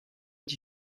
die